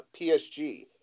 PSG